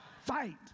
fight